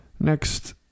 Next